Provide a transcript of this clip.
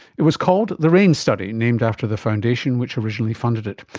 it was called the raine study, named after the foundation which originally funded it.